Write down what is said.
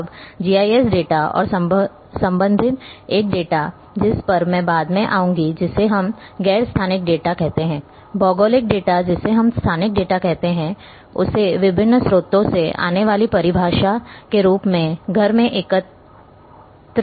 अब GIS data और संबंधित एक डेटा जिस पर मैं बाद में आऊंगी जिसे हम गैर स्थानिक डेटा कहते हैं भौगोलिक डेटा जिसे हम स्थानिक डेटा कहते हैं उसे विभिन्न स्रोतों से आने वाली परिभाषा के रूप में घर में एकत्र किया जा सकता है